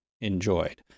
enjoyed